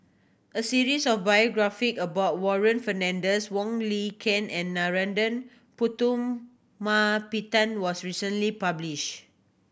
a series of biography about Warren Fernandez Wong Lin Ken and Narana Putumaippittan was recently publish